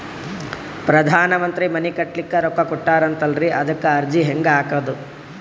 ಪ್ರಧಾನ ಮಂತ್ರಿ ಮನಿ ಕಟ್ಲಿಕ ರೊಕ್ಕ ಕೊಟತಾರಂತಲ್ರಿ, ಅದಕ ಅರ್ಜಿ ಹೆಂಗ ಹಾಕದು?